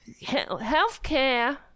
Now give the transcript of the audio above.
healthcare